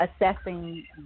Assessing